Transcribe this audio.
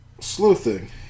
Sleuthing